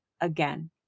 again